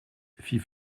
fit